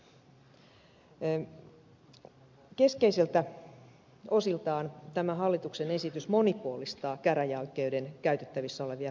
keskeisiltä osiltaan tämä hallituksen esitys monipuolistaa käräjäoikeuden käytettävissä olevia kokoonpanovaihtoehtoja